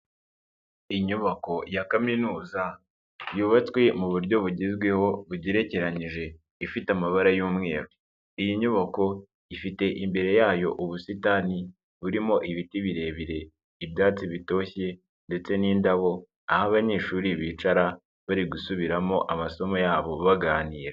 Inyubako ya kaminuza yubatswe mu buryo bugezweho bugerekeranyije ifite amabara y'umweru, iyi nyubako ifite imbere yayo ubusitani burimo ibiti birebire, ibyatsi bitoshye ndetse n'indabo, aho abanyeshuri bicara bari gusubiramo amasomo yabo baganira.